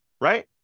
right